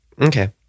okay